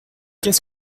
qu’est